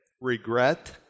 Regret